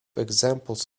examples